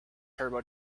turbo